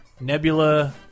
Nebula